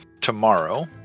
Tomorrow